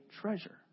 treasure